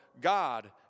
God